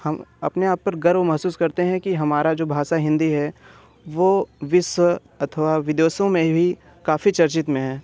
हम अपने आप पर गर्व महसूस करते हैं कि हमारा जो भाषा हिन्दी है वो विश्व अथवा विदेशों में भी काफ़ी चर्चित में है